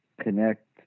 connect